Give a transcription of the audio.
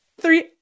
Three